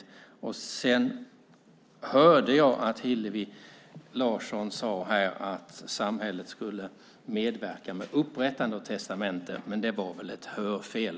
Jag tyckte jag hörde att Hillevi Larsson sade att samhället skulle medverka med upprättande av testamenten, men det var väl ett hörfel.